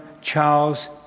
Charles